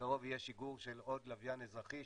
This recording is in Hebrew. בקרוב יהיה שיגור של עוד לוויין אזרחי,